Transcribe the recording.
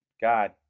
God